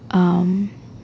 um